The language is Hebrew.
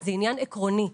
זה עניין עקרוני,